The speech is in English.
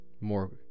more